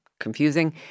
confusing